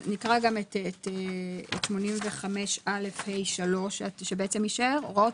אז נקרא גם את 85א(ה)(3) שבעצם יישאר: "הוראות